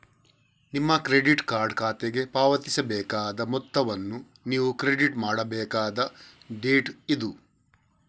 ನಿಮ್ಮ credit card ಖಾತೆಗೆ ಪಾವತಿಸಬೇಕಾದ ಮೊತ್ತವನ್ನು ನೀವು ಕ್ರೆಡಿಟ್ ಮಾಡಬೇಕಾದ ಡೇಟ್ ಇದು